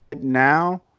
now